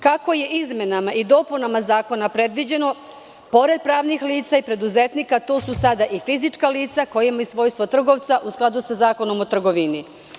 Kako je izmenama i dopunama Zakona predviđeno, pored pravnih lica i preduzetnika, to su sada i fizička lica koja imaju svojstvo trgovca u skladu sa Zakonom o trgovini.